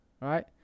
right